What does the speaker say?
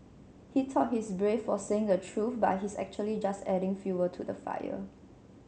he thought he's brave for saying the truth but he's actually just adding fuel to the fire